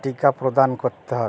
টিকা প্রদান করতে হবে